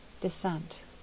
Descent